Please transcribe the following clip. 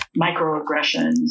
microaggressions